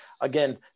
again